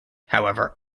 however